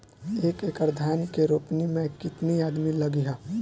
एक एकड़ धान के रोपनी मै कितनी आदमी लगीह?